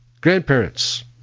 grandparents